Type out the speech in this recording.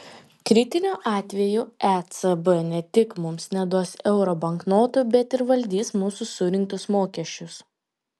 kritiniu atveju ecb ne tik mums neduos euro banknotų bet ir valdys mūsų surinktus mokesčius